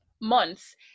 months